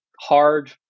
hard